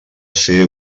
ser